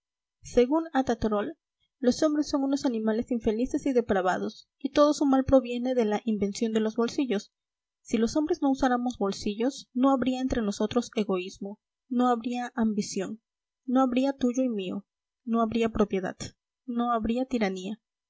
según atta troll los hombres son unos animales infelices y depravados y todo su mal proviene de la invención de los bolsillos si los hombres no usáramos bolsillos no habría entre nosotros egoísmo no habría ambición no habría tuyo y mío no habría propiedad no habría tiranía